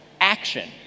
action